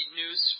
news